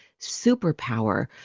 superpower